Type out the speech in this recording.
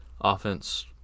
offense